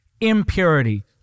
impurity